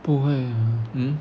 不会 mm